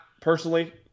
personally